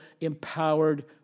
empowered